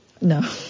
No